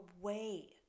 away